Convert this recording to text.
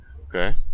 Okay